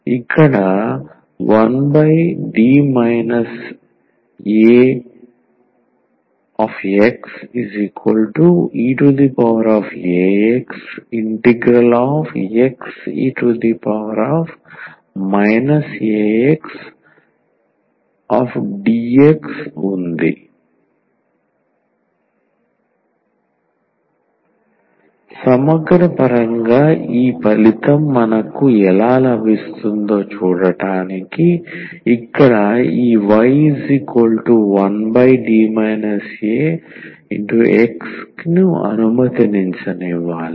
ఇక్కడ 1D aXeaxXe axdx సమగ్ర పరంగా ఈ ఫలితం మనకు ఎలా లభిస్తుందో చూడటానికి ఇక్కడ ఈ y1D aX ను అనుమతించనివ్వాలి